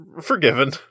forgiven